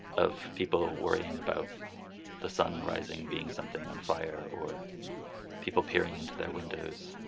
of people worrying about the sun rising being something on fire, or people peering into their windows,